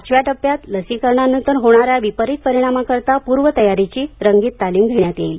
पाचव्या टप्प्यात लसीकरणानंतर होणाऱ्या विपरीत परिणामाकरिता पूर्वतयारीचीरंगीत तालीम घेण्यात येईल